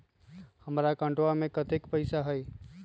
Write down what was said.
हमार अकाउंटवा में कतेइक पैसा हई?